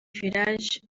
village